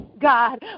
God